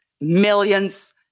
millions